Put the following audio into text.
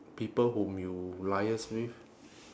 people whom you liaise with